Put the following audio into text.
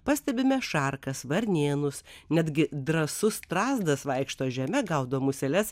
pastebime šarkas varnėnus netgi drąsus strazdas vaikšto žeme gaudo museles